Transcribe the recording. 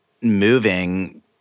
moving